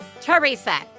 Teresa